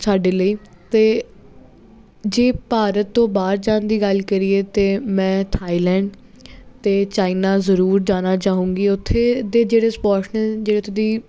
ਸਾਡੇ ਲਈ ਅਤੇ ਜੇ ਭਾਰਤ ਤੋਂ ਬਾਹਰ ਜਾਣ ਦੀ ਗੱਲ ਕਰੀਏ ਤਾਂ ਮੈਂ ਥਾਈਲੈਂਡ ਅਤੇ ਚਾਈਨਾ ਜ਼ਰੂਰ ਜਾਣਾ ਚਾਹੂੰਗੀ ਉੱਥੇ ਦੇ ਜਿਹੜੇ ਸਪੋਰਟਸ ਦੀ ਜਿਹੜੇ ਉੱਥੇ ਦੀ